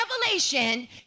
revelation